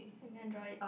you can draw it